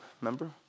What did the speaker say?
remember